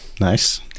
Nice